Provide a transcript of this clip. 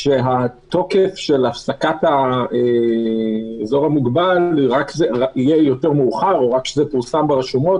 התוקף של הפסקת האזור המוגבל יהיה יותר מאוחר או רק כשזה פורסם ברשומות.